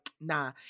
nah